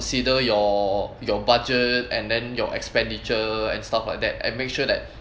consider your your budget and then your expenditure and stuff like that and make sure that